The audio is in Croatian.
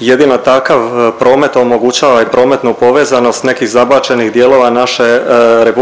Jedino takav promet omogućava i prometnu povezanost nekih zabačenih dijelova naše RH,